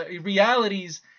realities